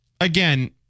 again